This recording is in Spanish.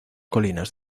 colinas